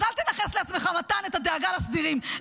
אז אל תנכס לעצמך, מתן, את הדאגה לסדירים.